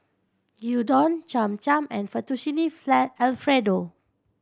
Gyudon Cham Cham and Fettuccine Alfredo